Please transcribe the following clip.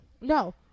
No